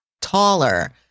taller